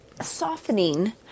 softening